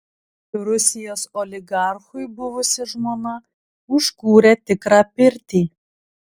rusijos oligarchui buvusi žmona užkūrė tikrą pirtį